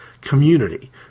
community